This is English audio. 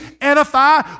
edify